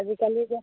আজিকালি এতিয়া